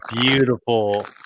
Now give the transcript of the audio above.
beautiful